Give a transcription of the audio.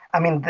i mean,